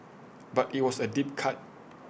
but IT was A deep cut